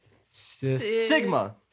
Sigma